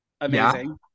Amazing